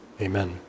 amen